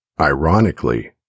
Ironically